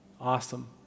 Awesome